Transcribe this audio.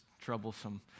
troublesome